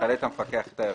יחלט המפקח את העירבון.